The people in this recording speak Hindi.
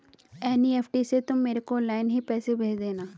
एन.ई.एफ.टी से तुम मेरे को ऑनलाइन ही पैसे भेज देना